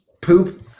poop